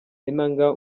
enanga